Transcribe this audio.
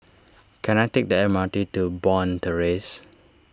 can I take the M R T to Bond Terrace